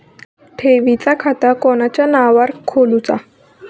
ठेवीचा खाता कोणाच्या नावार खोलूचा?